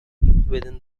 within